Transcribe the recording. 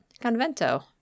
Convento